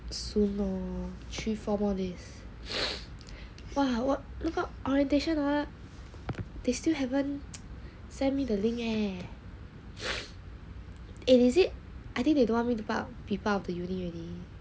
soon lor three four more days !wah! 那个 orientation ah they still haven't send me the link leh it is it I think they don't want me to be part of the uni already